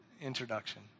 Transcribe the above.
introduction